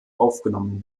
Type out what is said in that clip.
aufgenommen